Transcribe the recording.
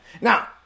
Now